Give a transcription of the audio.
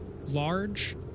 large